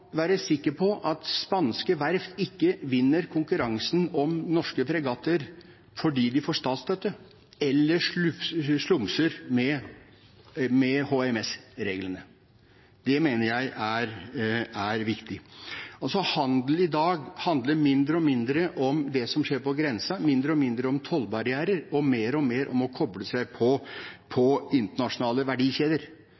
være sikker på at spanske verft ikke vinner konkurransen om norske fregatter fordi de får statsstøtte eller slumser med HMS-reglene. Det mener jeg er viktig. Handel i dag handler mindre og mindre om det som skjer på grensen, mindre og mindre om tollbarrierer og mer og mer om å koble seg på